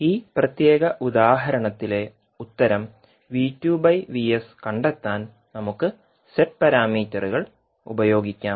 ഈ പ്രത്യേക ഉദാഹരണത്തിലെ ഉത്തരം കണ്ടെത്താൻ നമുക്ക് ഇസെഡ് പാരാമീറ്ററുകൾ ഉപയോഗിക്കാം